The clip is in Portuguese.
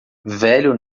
velho